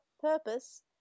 purpose